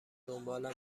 دنبالم